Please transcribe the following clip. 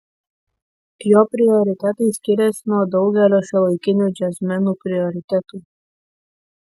jo prioritetai skiriasi nuo daugelio šiuolaikinių džiazmenų prioritetų